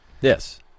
Yes